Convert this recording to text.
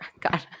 god